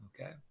okay